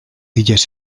illes